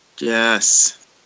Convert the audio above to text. Yes